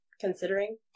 considering